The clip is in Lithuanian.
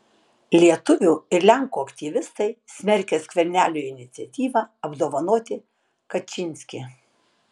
lietuvių ir lenkų aktyvistai smerkia skvernelio iniciatyvą apdovanoti kačynskį